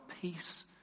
peace